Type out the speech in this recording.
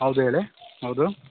ಹೌದು ಹೇಳಿ ಹೌದು